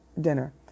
dinner